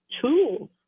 tools